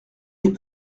des